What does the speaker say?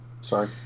Sorry